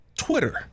Twitter